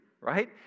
right